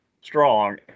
strong